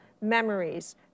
memories